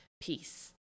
peace